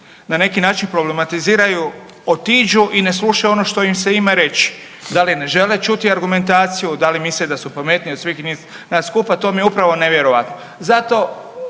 na neki način problematiziraju otiđu i ne slušaju ono što im se ima reći. Da li ne žele čuti argumentaciju, da li misle da su pametniji od svih nas skupa, to mi je upravo nevjerojatno.